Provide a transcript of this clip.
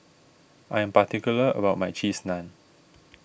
I am particular about my Cheese Naan